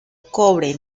cobre